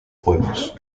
juegos